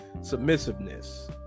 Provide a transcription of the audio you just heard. submissiveness